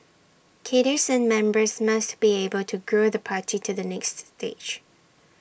cadres and members must be able to grow the party to the next stage